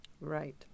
Right